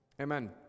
Amen